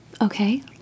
okay